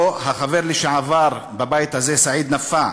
או החבר לשעבר בבית הזה, סעיד נפאע,